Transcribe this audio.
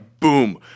Boom